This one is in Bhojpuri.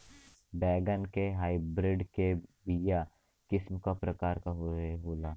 बैगन के हाइब्रिड के बीया किस्म क प्रकार के होला?